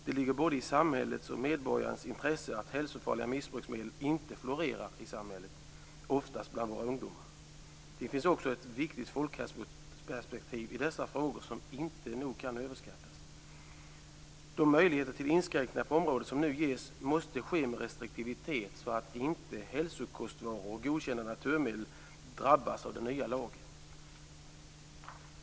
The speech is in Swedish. Det ligger i både samhällets och medborgarens intresse att hälsofarliga missbruksmedel inte florerar i samhället - det gäller då oftast bland våra ungdomar. Det finns också ett viktigt folkhälsoperspektiv i dessa frågor som inte nog kan överskattas. De möjligheter till inskränkningar på området som nu ges måste ske med restriktivitet så att hälsokostvaror och godkända naturläkemedel inte drabbas av den nya lagen.